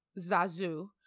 Zazu